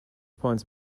points